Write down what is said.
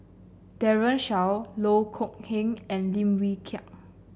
Daren Shiau Loh Kok Heng and Lim Wee Kiak